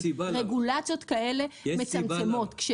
רגולציות כאלה מצמצמות.